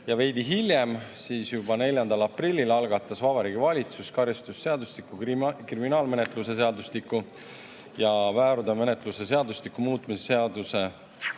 ja veidi hiljem, juba 4. aprillil algatas Vabariigi Valitsus karistusseadustiku, kriminaalmenetluse seadustiku ja väärteomenetluse seadustiku muutmise seaduse